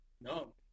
No